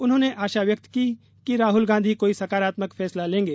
उन्होंने आशा व्यक्त की कि राहुल गांधी कोई सकारात्मक फैसला लेंगे